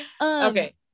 Okay